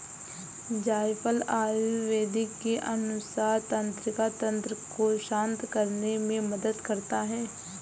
जायफल आयुर्वेद के अनुसार तंत्रिका तंत्र को शांत करने में मदद करता है